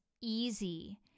easy